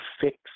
fix